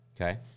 Okay